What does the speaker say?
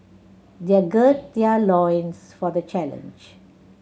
they are gird their loins for the challenge